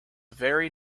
very